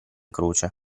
croce